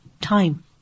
time